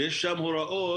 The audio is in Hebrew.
שיש שם הוראות